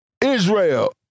Israel